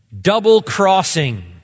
double-crossing